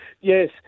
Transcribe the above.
Yes